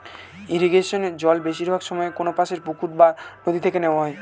ইরিগেশনে জল বেশিরভাগ সময়ে কোনপাশের পুকুর বা নদি থেকে নেওয়া হয়